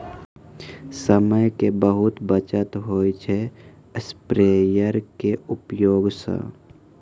समय के बहुत बचत होय छै स्प्रेयर के उपयोग स